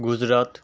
Gujarat